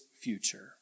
future